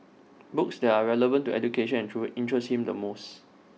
books that are relevant to education and child interest him the most